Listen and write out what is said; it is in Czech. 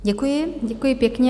Děkuji, děkuji pěkně.